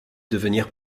devenir